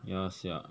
ya sia